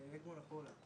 באגמון החולה.